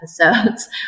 episodes